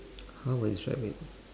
how would I describe it